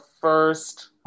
first